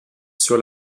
sur